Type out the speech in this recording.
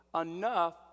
enough